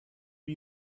are